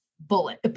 bullet